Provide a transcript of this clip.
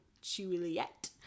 Juliet